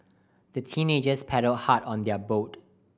the teenagers paddled hard on their boat